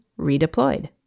redeployed